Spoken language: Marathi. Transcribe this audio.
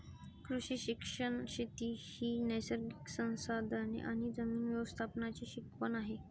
कृषी शिक्षण शेती ही नैसर्गिक संसाधने आणि जमीन व्यवस्थापनाची शिकवण आहे